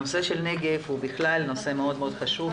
הנושא של הנגב הוא בכלל נושא מאוד חשוב,